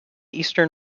eastern